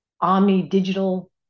omni-digital